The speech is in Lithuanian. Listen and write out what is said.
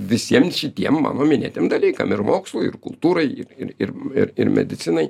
visiem šitiem mano minėtiem dalykam ir mokslui ir kultūrai ir ir ir ir medicinai